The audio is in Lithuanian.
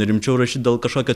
rimčiau rašyt dėl kažkokio